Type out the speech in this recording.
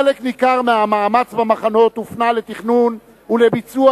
חלק ניכר מהמאמץ במחנות הופנה לתכנון ולביצוע